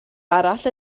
arall